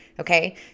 okay